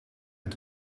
het